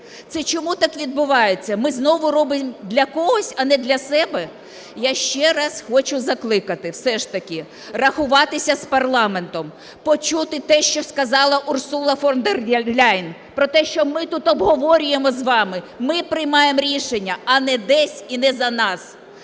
Це чому так відбувається, ми знову робимо для когось, а не для себе? Я ще раз хочу закликати, все ж таки рахуватися з парламентом, почути те, що сказала Урсула фон дер Ляєн, про те, що ми тут обговорюємо з вами, ми приймаємо рішення, а не десь і не за нас.